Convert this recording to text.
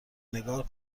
نگار